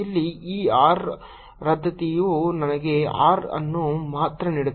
ಇಲ್ಲಿ ಈ r ರದ್ದತಿಯು ನನಗೆ r ಅನ್ನು ಮಾತ್ರ ನೀಡುತ್ತದೆ